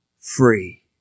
free